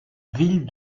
ville